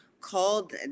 called